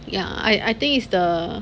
ya I I think it's the